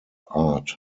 art